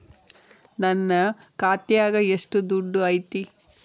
ನನ್ನ ಖಾತ್ಯಾಗ ಎಷ್ಟು ದುಡ್ಡು ಐತಿ?